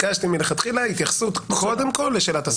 ביקשתי מלכתחילה התייחסות קודם כול לשאלת הסמכות.